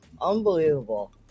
unbelievable